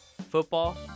Football